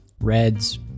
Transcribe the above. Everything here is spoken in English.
reds